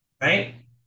right